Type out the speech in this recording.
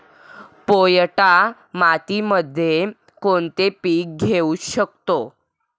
पोयटा मातीमध्ये कोणते पीक घेऊ शकतो?